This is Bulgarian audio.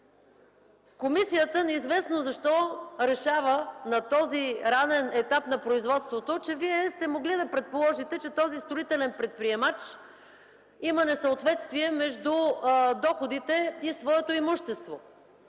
комисията решава на този ранен етап на производството, че Вие сте могли да предположите, че този строителен предприемач има несъответствие между доходите и своето имущество